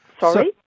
Sorry